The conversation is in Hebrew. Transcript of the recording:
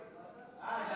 האם אתה